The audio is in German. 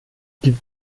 gibt